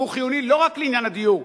והוא חיוני לא רק לעניין הדיור,